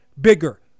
bigger